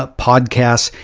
ah podcast,